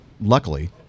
luckily